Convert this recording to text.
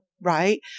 right